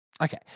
okay